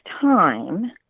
time